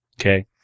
Okay